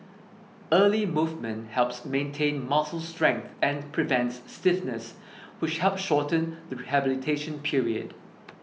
early movement helps maintain muscle strength and prevents stiffness which help shorten the rehabilitation period